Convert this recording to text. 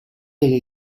delle